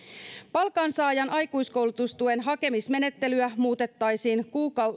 palkansaajan aikuiskoulutustuen hakemismenettelyä muutettaisiin